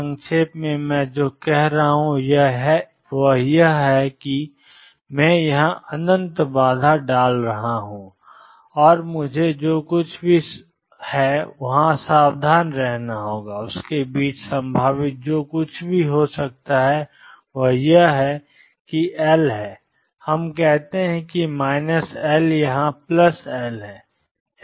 संक्षेप में मैं जो कह रहा हूं वह यह है कि मैं यहां अनंत बाधा डाल रहा हूं और मुझे जो कुछ भी सावधान रहना है उसके बीच संभावित जो कुछ भी करता है वह यह है कि एल हम कहते हैं एल यह एल है एल काफी बड़ा है